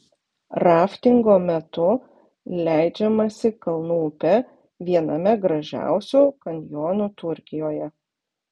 raftingo metu leidžiamasi kalnų upe viename gražiausių kanjonų turkijoje